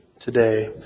today